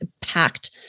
packed